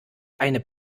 eine